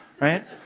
right